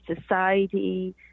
society